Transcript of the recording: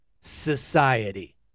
society